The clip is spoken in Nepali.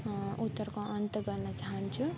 उत्तरको अन्त गर्न चाहन्छु